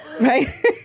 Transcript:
right